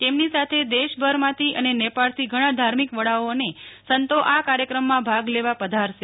તેમાની ાસે દેશભરમાં અને નેપાળથી ઘણા ધાર્મિક વડાઓ અને સંતો આ કાર્યક્રમમાં ભાગ લેવા પધારશે